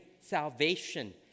salvation